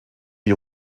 die